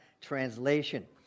Translation